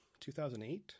2008